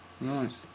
right